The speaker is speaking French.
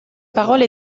parole